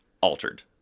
altered